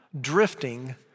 drifting